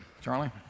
Charlie